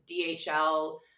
DHL